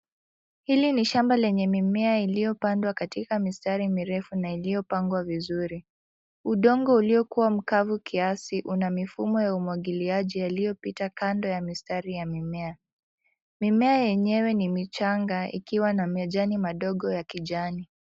Hili ni shamba lenye mimea iliyopandwa katika mistari mirefu na iliyopangwa vizuri. Udongo uliokuwa mkavu kiasi una mifumo ya umwagiliaji yaliyopita kando ya mistari ya mimea. Mimea yenyewe ni michanga ikiwa na majani madogo ya kijani.